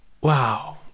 wow